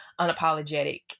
unapologetic